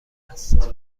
است